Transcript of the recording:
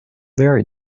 very